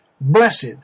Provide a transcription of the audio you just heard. Blessed